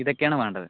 ഇതൊക്കെയാണ് വേണ്ടത്